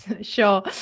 Sure